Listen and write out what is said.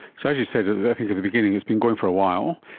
so as you said at the beginning, it's been going for a while.